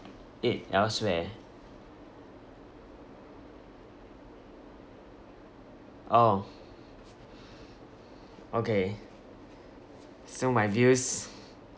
it elsewhere oh okay so my views